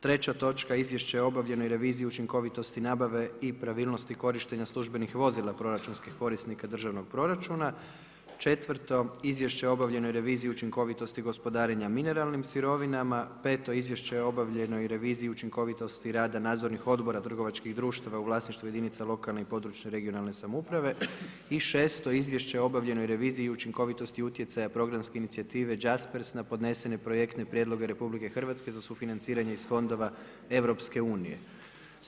Treća točka: 3. Izvješće o obavljenoj reviziji učinkovitosti nabave i pravilnosti korištenja službenih vozila proračunskih korisnika državnog proračuna, 4. Izvješće o obavljenoj reviziji učinkovitosti gospodarenja mineralnim sirovinama, 5. Izvješće o obavljenoj reviziji učinkovitosti rada nadzornih odbora trgovačkih društava u vlasništvu jedinica lokalne i područne (regionalne) samouprave, 6. Izvješće o obavljenoj reviziji učinkovitosti utjecaja programske inicijative Jaspers na podnesene projektne prijedloge Republike Hrvatske za sufinanciranje iz fondova Europske unije.